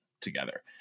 together